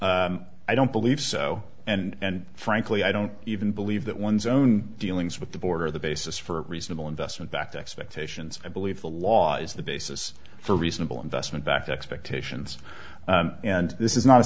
own i don't believe so and frankly i don't even believe that one's own dealings with the border the basis for reasonable investment back to expectations i believe the law is the basis for reasonable investment backed expectations and this is not a